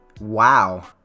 Wow